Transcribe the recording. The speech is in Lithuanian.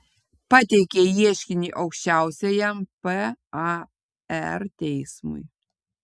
pateikė ieškinį aukščiausiajam par teismui